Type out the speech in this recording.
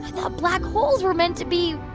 i thought black holes were meant to be,